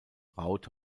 raute